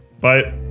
Bye